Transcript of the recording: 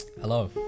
Hello